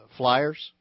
flyers